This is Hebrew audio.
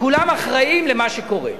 כולם אחראים למה שקורה.